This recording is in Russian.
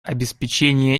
обеспечение